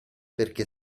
perché